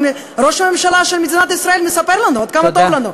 הרי ראש הממשלה של מדינת ישראל מספר לנו עד כמה טוב לנו,